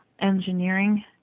engineering